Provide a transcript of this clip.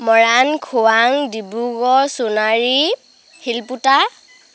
মৰাণ খোৱাাং ডিব্ৰুগড় সোণাৰি শিলপুটা